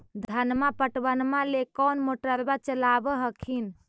धनमा पटबनमा ले कौन मोटरबा चलाबा हखिन?